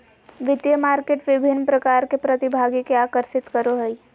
वित्तीय मार्केट विभिन्न प्रकार के प्रतिभागि के आकर्षित करो हइ